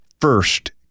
first